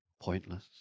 pointless